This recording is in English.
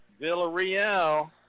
villarreal